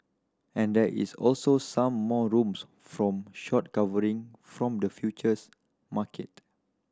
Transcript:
and there is also some more rooms from short covering from the futures market